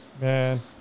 Man